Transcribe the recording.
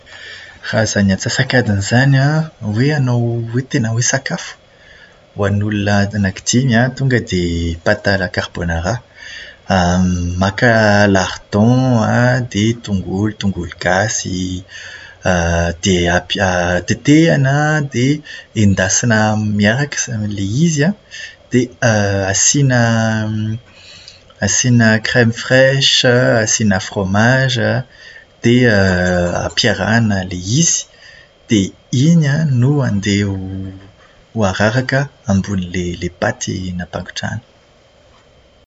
Raha izany tsasa'kadiny izany an, hoe hanao hoe tena hoe sakafo, hoan'olona anaky dimy an, tonga dia "pâte à la carbonara". Maka "lardon" an, dia tongolo, tongolo gasy, dia ampi- tetehina an, dia endasina miaraka sa- ilay izy an. Dia asiana asiana "crème fraiche", asiana fromazy, dia ampiarahana ilay izy. Dia iny an no andeha ho ho araraka ambonin'ilay paty nampangotrahana.